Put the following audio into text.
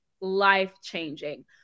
life-changing